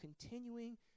continuing